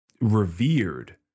revered